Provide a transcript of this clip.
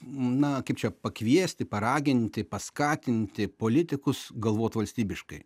na kaip čia pakviesti paraginti paskatinti politikus galvot valstybiškai